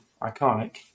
iconic